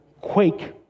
quake